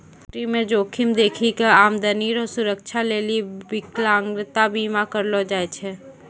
फैक्टरीमे जोखिम देखी कय आमदनी रो रक्षा लेली बिकलांता बीमा करलो जाय छै